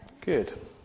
Good